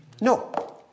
no